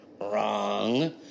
Wrong